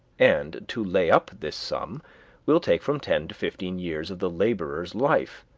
and to lay up this sum will take from ten to fifteen years of the laborer's life,